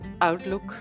outlook